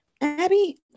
abby